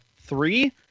three